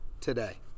today